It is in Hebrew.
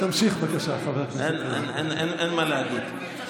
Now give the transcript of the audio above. אין מה להגיד.